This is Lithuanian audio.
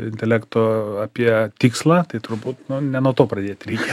intelekto apie tikslą tai turbūt nu ne nuo to pradėt reikė